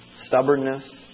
stubbornness